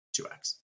2x